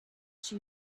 she